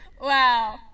Wow